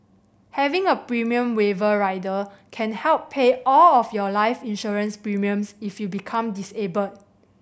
having a premium waiver rider can help pay all of your life insurance premiums if you become disabled